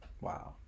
Wow